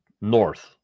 north